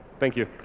thank you.